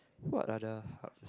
what are the hub is